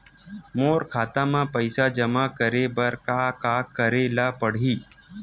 मोर खाता म पईसा जमा करे बर का का करे ल पड़हि?